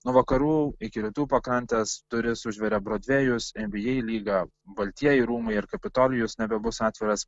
nuo vakarų iki rytų pakrantės duris užveria brodvėjus nba lyga baltieji rūmai ir kapitolijus nebebus atviras